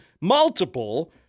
multiple